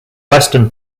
western